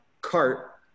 cart